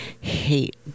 hate